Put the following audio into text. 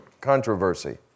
controversy